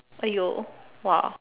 !aiyo! !wah!